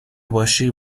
باشی